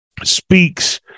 speaks